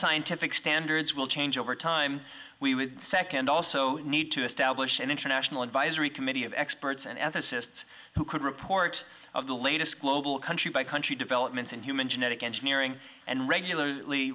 scientific standards will change over time we would second also need to establish an international advisory committee of experts and ethicists who could report of the latest global country by country developments and human genetic and nearing and regularly